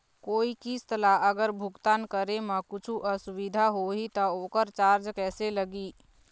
कोई किस्त ला अगर भुगतान करे म कुछू असुविधा होही त ओकर चार्ज कैसे लगी?